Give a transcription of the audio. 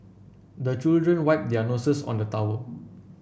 the children wipe their noses on the towel